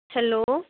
hello